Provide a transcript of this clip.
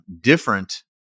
different